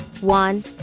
One